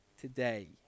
today